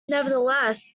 nevertheless